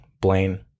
Blaine